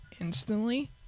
Instantly